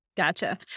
Gotcha